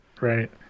right